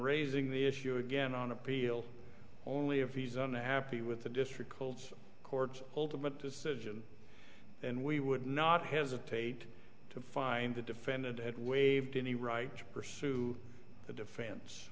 raising the issue again on appeal only if he's unhappy with the district holds court ultimate decision and we would not hesitate to find the defendant had waived any right to pursue the defense